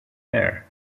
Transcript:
air